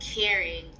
caring